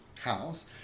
house